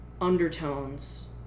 undertones